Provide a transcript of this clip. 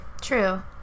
True